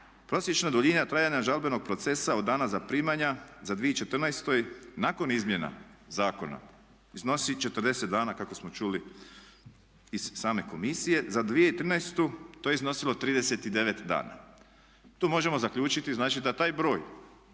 Prosječna duljina trajanja žalbenog procesa od dana zaprimanja za 2014. nakon izmjena zakona iznosi 40 dana kako smo čuli iz same komisije, za 2013. to je iznosilo 39 dana. Tu možemo zaključiti znači da taj broj